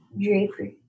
draper